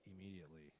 immediately